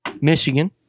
Michigan